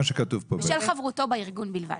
בשל חברותו בארגון בלבד.